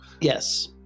Yes